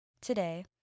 Today